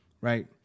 right